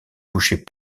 touchait